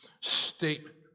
statement